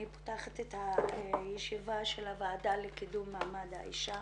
אני פותחת את הישיבה של הוועדה לקידום מעמד האישה